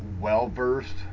well-versed